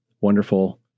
Wonderful